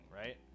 right